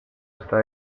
está